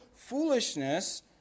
Foolishness